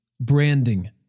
branding